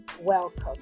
welcome